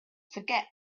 forget